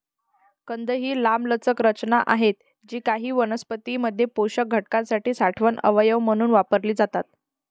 कंद ही लांबलचक रचना आहेत जी काही वनस्पतीं मध्ये पोषक घटकांसाठी साठवण अवयव म्हणून वापरली जातात